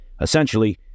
Essentially